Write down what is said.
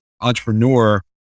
entrepreneur